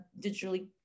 digitally